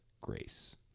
grace